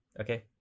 Okay